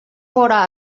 fóra